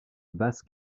basse